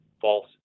false